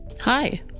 Hi